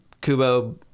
Kubo